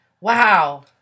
Wow